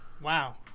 Wow